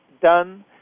done